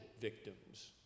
victims